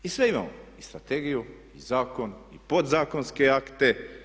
I sve imamo, i strategiju i zakon i podzakonske akte.